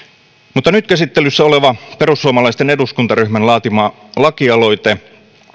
nyt käsittelyssä oleva perussuomalaisten eduskuntaryhmän laatima lakialoite